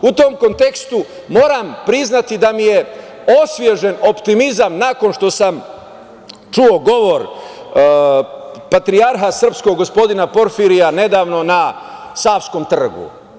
U tom kontekstu moram priznati da mi je osvežen optimizam nakon što sam čuo govor Patrijarha srpskog, gospodina Porfirija, nedavno na Savskom trgu.